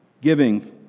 giving